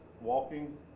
walking